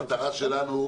המטרה שלנו,